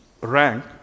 rank